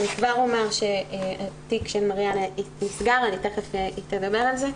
אני כבר אומר שהתיק של מריאנה נסגר ותיכף היא תדבר על זה,